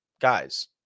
Guys